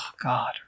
God